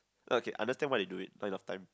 no okay I understand why they do it point of time